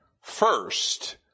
first